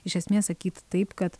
iš esmės sakyt taip kad